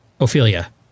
Ophelia